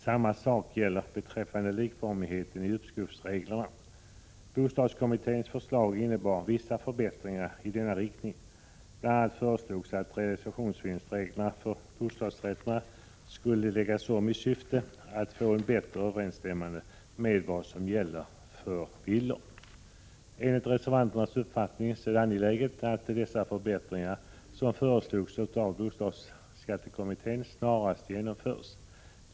Samma sak gäller beträffande likformigheten i beskattningsreglerna. Bostadskommitténs förslag innebar vissa förbättringar i denna riktning. Det föreslogs bl.a. att realisationsvinstsreglerna för bostadsrätterna skulle läggas om i syfte att få en bättre överensstämmelse med vad som gäller för villor. Enligt reservanternas uppfattning är det angeläget att de förbättringar som föreslogs av bostadsskattekommittén snarast genomförs.